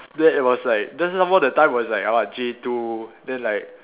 then it was like then some more that time was like I was J two then like